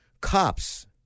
Cops